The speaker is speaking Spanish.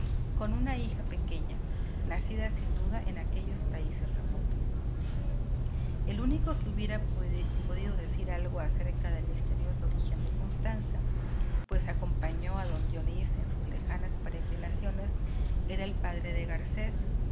con una hija pequeña nacida sin duda en aquellos países remotos el único que hubiera podido decir algo acerca del misterioso origen de constanza pues acompañó a don dionís en sus lejanas peregrinaciones era el padre de garcés